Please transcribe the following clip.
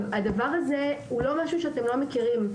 הדבר הזה הוא לא משהו שאתם לא מכירים.